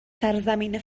سرزمین